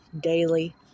daily